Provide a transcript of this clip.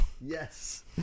yes